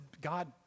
God